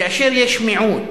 כאשר יש מיעוט,